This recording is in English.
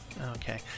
Okay